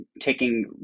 taking